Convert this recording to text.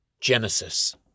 Genesis